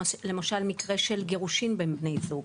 למשל מקרה של גירושים בין בני זוג,